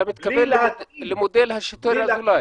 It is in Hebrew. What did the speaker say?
אתה מתכוון למודל השוטר אזולאי.